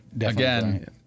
Again